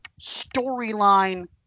storyline